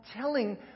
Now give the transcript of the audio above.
telling